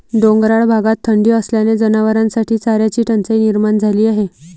डोंगराळ भागात थंडी असल्याने जनावरांसाठी चाऱ्याची टंचाई निर्माण झाली आहे